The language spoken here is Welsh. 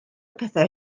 pethau